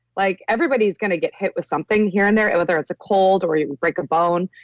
like everybody's going to get hit with something here and there, whether it's a cold or you break a bone.